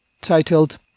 titled